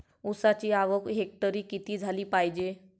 ऊसाची आवक हेक्टरी किती झाली पायजे?